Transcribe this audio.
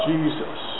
Jesus